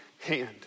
hand